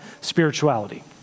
spirituality